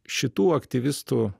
šitų aktyvistų